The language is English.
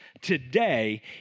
today